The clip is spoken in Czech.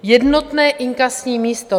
Jednotné inkasní místo.